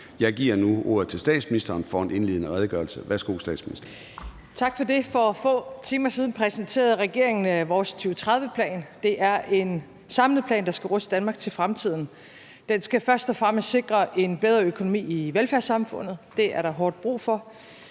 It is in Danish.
Jeg giver nu ordet til statsministeren for en indledende redegørelse. Værsgo. Kl. 13:00 Statsministeren (Mette Frederiksen): Tak for det. For få timer siden præsenterede vi i regeringen vores 2030-plan. Det er en samlet plan, der skal ruste Danmark til fremtiden. Den skal først og fremmest sikre en bedre økonomi i velfærdssamfundet. Det er der hårdt brug for.